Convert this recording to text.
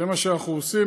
זה מה שאנחנו עושים.